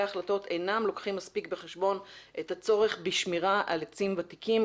ההחלטות אינם לוקחים מספיק בחשבון את הצורך בשמירה על עצים ותיקים,